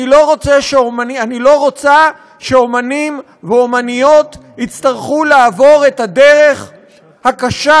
אני לא רוצה שאמנים ואמניות יצטרכו לעבור את הדרך הקשה,